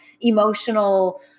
emotional